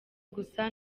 gusa